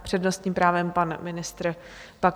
S přednostním právem pan ministr Baxa.